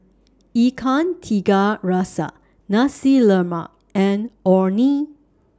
Ikan Tiga Rasa Nasi Lemak and Orh Nee